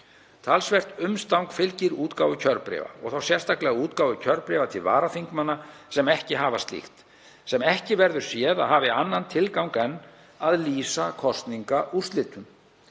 Talsvert umstang fylgir útgáfu kjörbréfa og þá sérstaklega útgáfu kjörbréfa til varaþingmanna sem ekki hafa slíkt, sem ekki verður séð að hafi annan tilgang en að lýsa kosningaúrslitum.